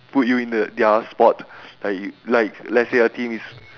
put you in the their spot like like let's say a team is